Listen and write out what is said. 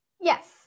Yes